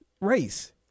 race